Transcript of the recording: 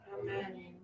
Amen